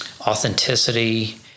authenticity